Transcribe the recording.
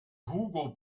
hugo